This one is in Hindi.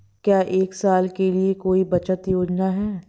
क्या एक साल के लिए कोई बचत योजना है?